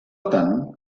tant